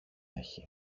έχει